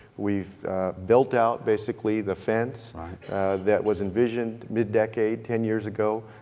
we've built out basically the fence that was envisioned mid decade ten years ago.